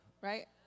Right